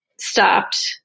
stopped